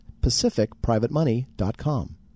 pacificprivatemoney.com